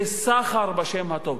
זה סחר בשם הטוב.